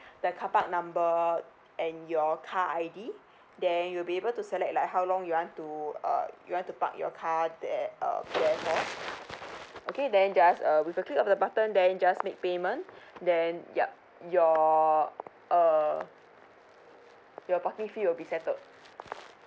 the carpark number and your car I_D then you'll be able to select like how long you want to uh you want to park your car there uh there for okay then just uh with a click of the button then just make payment then yup your uh your parking fee will be settled